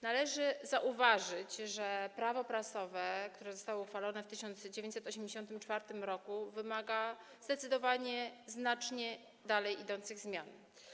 Należy zauważyć, że Prawo prasowe, które zostało uchwalone w 1984 r., wymaga zdecydowanie znacznie dalej idących zmian.